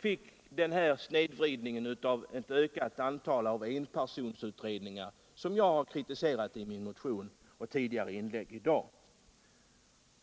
följde bl.a. snedvridningen med ett ökat antal enpersonsutredningar, som jag har kritiserat i min motion och i tidigare inlägg i dag.